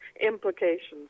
implications